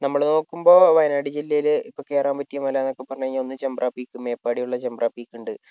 നമ്മള് നോക്കുമ്പോൾ വയനാട് ജില്ലയിലെ കയറാൻ പറ്റിയ മല എന്നൊക്കെ പറഞ്ഞു കഴിഞ്ഞാൽ ഒന്ന് ചെമ്പ്ര പീക്ക് മേപ്പാടിയുള്ള ചെമ്പ്ര പീക്കുണ്ട്